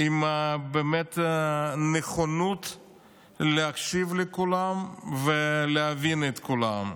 באמת עם נכונות להקשיב לכולם ולהבין את כולם.